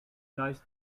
nice